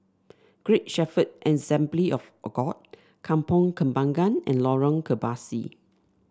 Great Shepherd Assembly of God Kampong Kembangan and Lorong Kebasi